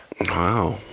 Wow